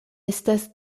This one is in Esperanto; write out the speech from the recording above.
estas